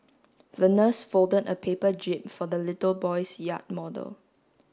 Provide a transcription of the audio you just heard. the nurse folded a paper jib for the little boy's yacht model